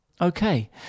Okay